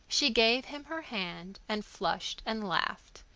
she gave him her hand and flushed and laughed.